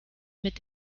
mit